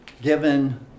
given